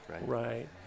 right